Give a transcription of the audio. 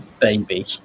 baby